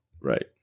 Right